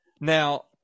Now